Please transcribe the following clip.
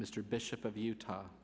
mr bishop of utah